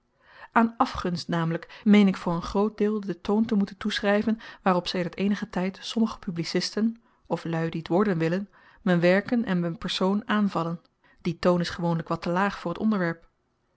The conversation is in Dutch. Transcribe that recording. aan afgunst namelyk meen ik voor n groot deel den toon te moeten toeschryven waarop sedert eenigen tyd sommige publicisten of luî die t worden willen mn werken en m'n persoon aanvallen die toon is gewoonlyk wat te laag voor t onderwerp